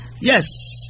Yes